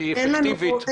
שהיא אפקטיבית?